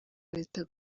leta